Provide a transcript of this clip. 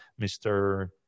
Mr